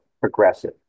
progressive